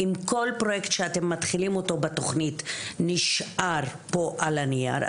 כל פרוייקט שאתם מתחילים אותו בתכנית נשאר פה על הנייר,